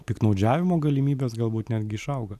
piktnaudžiavimo galimybės galbūt netgi išauga